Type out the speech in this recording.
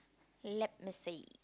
let me see